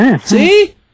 See